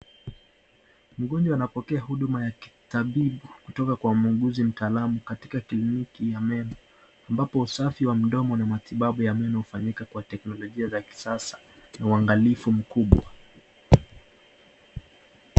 Mgonjwa anapokea huduma ya kitabibu kutoka kwa muuguzi mtaalamu katika kliniki ya meno ambapo usafi wa mdomo na matibabu ya meno ufanyika kwa teknolojia za kisasa na uangalifu mkubwa.